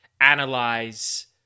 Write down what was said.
analyze